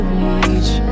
reach